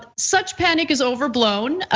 ah such panic is overblown.